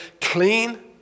clean